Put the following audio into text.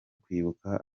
kwibuka